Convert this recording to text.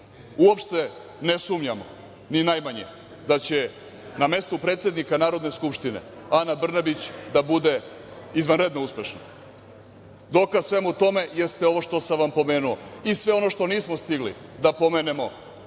Uopšte ne sumnjamo, ni najmanje da će na mestu predsednika Narodne skupštine Ana Brnabić da bude izvanredno uspešna. Dokaz svemu tome jeste ovo što sam vam pomenuo i sve ono što nismo stigli da pomenemo,